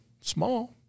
small